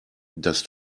dass